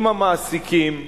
עם המעסיקים,